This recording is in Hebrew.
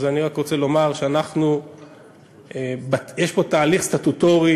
אני רק רוצה לומר שיש פה תהליך סטטוטורי,